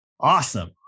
awesome